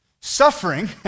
Suffering